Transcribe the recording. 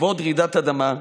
בעקבות רעידת אדמה,